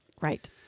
right